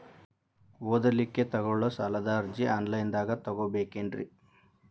ಓದಲಿಕ್ಕೆ ತಗೊಳ್ಳೋ ಸಾಲದ ಅರ್ಜಿ ಆನ್ಲೈನ್ದಾಗ ತಗೊಬೇಕೇನ್ರಿ?